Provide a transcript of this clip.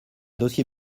dossier